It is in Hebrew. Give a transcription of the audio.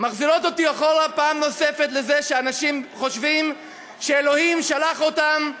מחזירות אותי אחורה פעם נוספת לזה שאנשים חושבים שאלוהים שלח אותם,